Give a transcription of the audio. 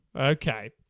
Okay